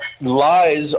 lies